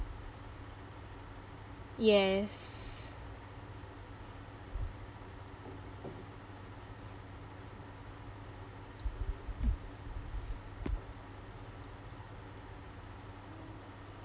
yes